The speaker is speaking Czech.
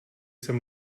jsem